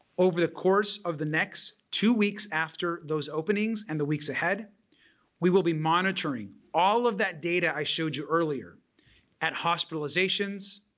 over the course of the next two weeks after those openings and the weeks ahead we will be monitoring all of that data i showed you earlier at hospitalizations,